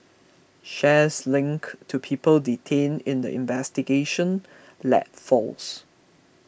shares linked to people detained in the investigation led falls